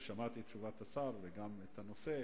ושמעתי את תשובת השר וגם את הנושא,